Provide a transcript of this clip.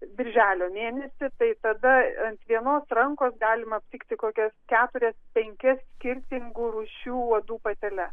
birželio mėnesį tai tada ant vienos rankos galima aptikti kokias keturias penkias skirtingų rūšių uodų pateles